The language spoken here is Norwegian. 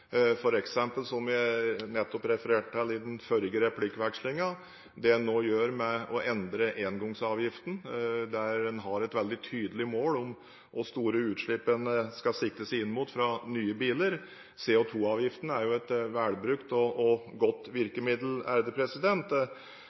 som jeg nettopp refererte til i den forrige replikkvekslingen, og det en nå gjør med å endre engangsavgiften, der en har et veldig tydelig mål om hvor store utslipp en skal sikte seg inn mot fra nye biler. CO2-avgiften er et velbrukt og godt virkemiddel,